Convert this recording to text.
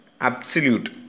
absolute